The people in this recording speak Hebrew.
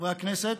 חברי הכנסת,